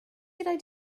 raid